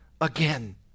again